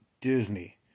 Disney